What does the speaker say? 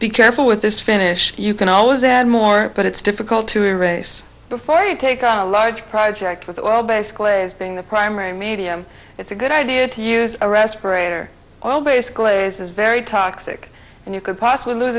be careful with this finish you can always add more but it's difficult to erase before you take on a large project with it well basically being the primary medium it's a good idea to use a respirator base glaze is very toxic and you could possibly lose